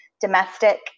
domestic